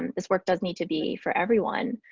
um this work does need to be for everyone.